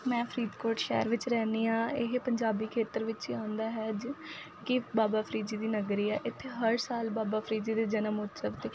ਮੈਂ ਫ਼ਰੀਦਕੋਟ ਸ਼ਹਿਰ ਵਿੱਚ ਰਹਿੰਦੀ ਹਾਂ ਇਹ ਪੰਜਾਬੀ ਖੇਤਰ ਵਿੱਚ ਹੀ ਆਉਂਦਾ ਹੈ ਜੀ ਕਿ ਬਾਬਾ ਫਰੀਦ ਜੀ ਦੀ ਨਗਰੀ ਹੈ ਇੱਥੇ ਹਰ ਸਾਲ ਬਾਬਾ ਫਰੀਦ ਜੀ ਦੇ ਜਨਮ ਉਤਸਵ 'ਤੇ